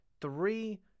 three